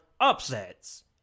upsets